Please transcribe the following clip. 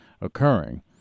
occurring